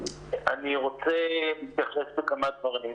אני רוצה להתייחס לכמה דברים.